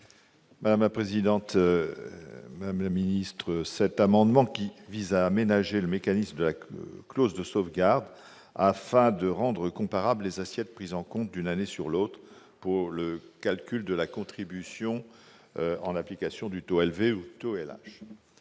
M. le rapporteur général. Cet amendement vise à aménager le mécanisme de la clause de sauvegarde, afin de rendre comparables les assiettes prises en compte d'une année sur l'autre pour le calcul de la contribution due en application du taux Lv ou du taux Lh.